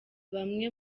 bamwe